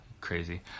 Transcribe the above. crazy